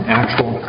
actual